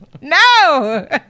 no